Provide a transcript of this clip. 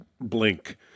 blink